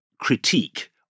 Critique